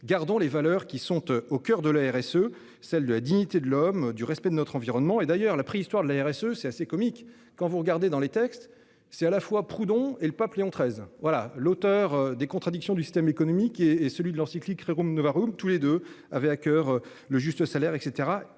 gardant les valeurs qui sont eux au coeur de la RSE, celle de la dignité de l'homme du respect de notre environnement et d'ailleurs la préhistoire de la RSE. C'est assez comique quand vous regardez dans les textes, c'est à la fois prudent et le pape Léon XIII voilà l'auteur des contradictions du système économique et et celui de l'encyclique Rerum novarum tous les deux avaient à coeur le juste salaire et